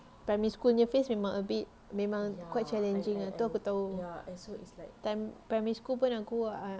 primary school nya phase memang a bit memang quite challenging ah aku tahu time primary school pun aku